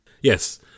yes